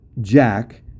jack